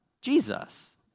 Jesus